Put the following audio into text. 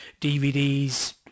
DVDs